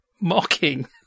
mocking